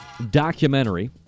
documentary